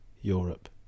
Europe